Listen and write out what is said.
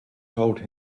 told